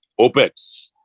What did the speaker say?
OPEX